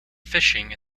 fishing